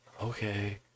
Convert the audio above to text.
Okay